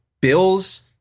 bills